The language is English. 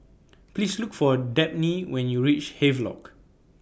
Please Look For Dabney when YOU REACH Havelock